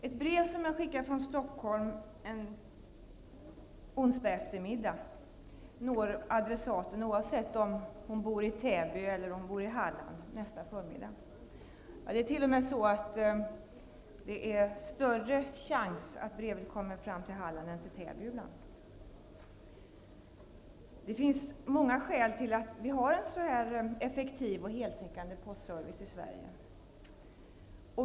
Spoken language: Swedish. Ett brev som jag skickar från Stockholm en onsdagseftermiddag når adressaten nästa förmiddag, oavsett om hon bor i Täby eller i Halland. Det är t.o.m. ibland större chans att brevet kommer fram till Halland än till Täby nästa dag. Det finns många skäl till att vi har en så effektiv och heltäckande postservice i Sverige.